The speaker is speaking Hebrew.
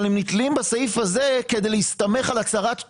אבל הם נתלים בסעיף הזה כדי להסתמך על הצהרת יבואן.